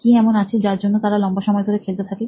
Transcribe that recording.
কি এমন আছে যার জন্য তারা লম্বা সময় ধরে খেলতে থাকে